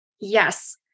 Yes